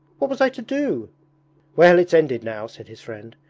what was i to do well, it's ended now said his friend,